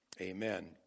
Amen